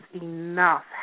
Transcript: enough